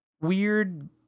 weird